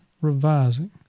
Revising